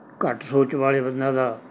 ਘੱਟ ਸੋਚ ਵਾਲੇ ਬੰਦਿਆਂ ਦਾ